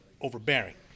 overbearing